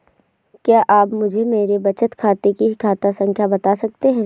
क्या आप मुझे मेरे बचत खाते की खाता संख्या बता सकते हैं?